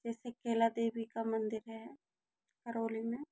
जैसे कैला देवी का मंदिर है करौली में